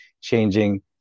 changing